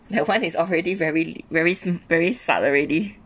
that one is already very very seem very sad already